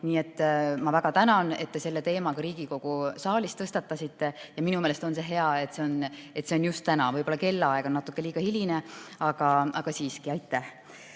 Nii et ma väga tänan, et te selle teema ka Riigikogu saalis tõstatasite, ja minu meelest on hea, et see on just täna. Võib-olla kellaaeg on natuke liiga hiline, aga siiski